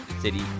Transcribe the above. city